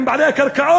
עם בעלי הקרקעות.